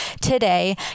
today